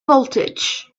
voltage